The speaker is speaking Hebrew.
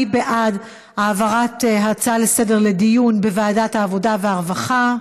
מי בעד העברת ההצעה לסדר-היום לדיון בוועדת העבודה והרווחה?